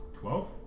Twelve